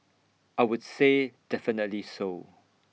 I would say definitely so